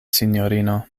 sinjorino